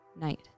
Night